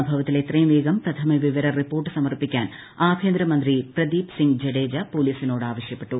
സംഭവത്തിൽ എത്രയും വേഗം പ്രഥമ വിവര റിപ്പോർട്ട് സമർപ്പിക്കാൻ ആഭ്യന്തരമന്ത്രി പ്രദീപ് സിംഗ് ജഡേജ പോലീസിനോട് ആവശ്യപ്പെട്ടു